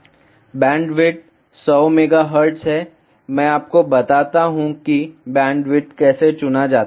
bandwidth 100 MHz है मैं आपको बताता हूं कि बैंडविड्थ कैसे चुना जाता है